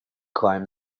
climbed